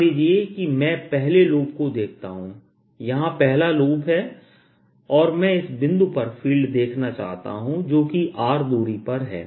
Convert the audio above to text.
मान लीजिए कि मैं पहले लूप को देखता हूं यहां पहला लूप है और मैं इस बिंदु पर फ़ील्ड देखना चाहता हूं जो कि r दूरी पर है